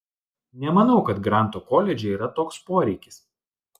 nemanau kad granto koledže yra toks poreikis